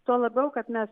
tuo labiau kad mes